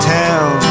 town